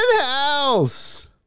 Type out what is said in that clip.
House